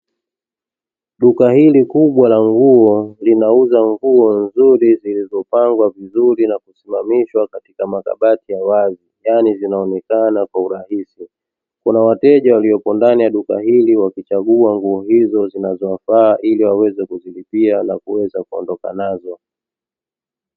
Duka hili kubwa la nguo linauza nguo nzuri zilizopangwa vizuri na kusimamishwa katika makabati ya wazi yaani zinaonekana kwa urahisi. Kuna wateja waliopo ndani ya duka hili wakichagua nguo hizo zinazowafaa ili waweze kuzilipia na kuweza kuondoka nazo.